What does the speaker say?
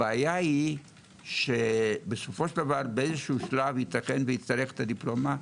הבעיה היא שבאיזשהו שלב ייתכן והוא יצטרך את הדיפלומה,